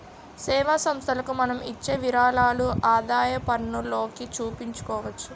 సేవా సంస్థలకు మనం ఇచ్చే విరాళాలు ఆదాయపన్నులోకి చూపించుకోవచ్చు